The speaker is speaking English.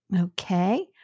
Okay